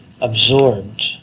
absorbed